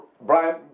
Brian